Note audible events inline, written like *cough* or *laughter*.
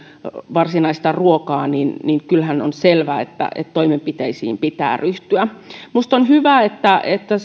varsinaista ruokaa niin niin kyllähän on selvää että toimenpiteisiin pitää ryhtyä minusta on sinänsä hyvä että että *unintelligible*